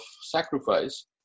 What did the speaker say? sacrifice